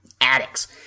addicts